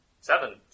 Seven